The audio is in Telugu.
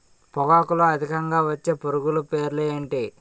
పొగాకులో అధికంగా వచ్చే పురుగుల పేర్లు ఏంటి